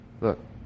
look